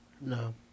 No